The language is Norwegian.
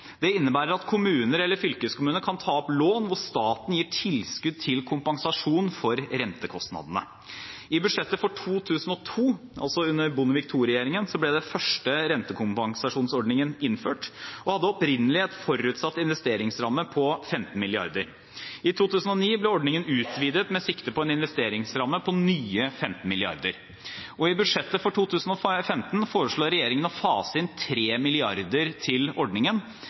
Det innebærer at kommuner eller fylkeskommuner kan ta opp lån der staten gir tilskudd til kompensasjon for rentekostnadene. I budsjettet for 2002 – altså under Bondevik II-regjeringen – ble den første rentekompensasjonsordningen innført. Den hadde opprinnelig en forutsatt investeringsramme på 15 mrd. kr. I 2009 ble ordningen utvidet med sikte på en investeringsramme på nye 15 mrd. kr. I budsjettet for 2015 foreslår regjeringen å fase inn 3 mrd. kr til ordningen.